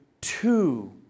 two